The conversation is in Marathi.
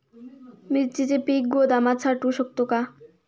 मिरचीचे पीक गोदामात साठवू शकतो का?